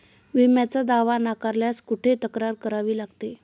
विम्याचा दावा नाकारल्यास कुठे तक्रार करावी लागते?